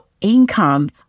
income